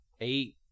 eight